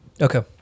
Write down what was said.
Okay